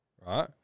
right